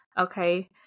Okay